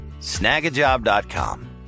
Snagajob.com